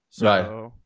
right